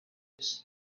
iki